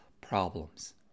problems